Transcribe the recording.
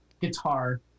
guitar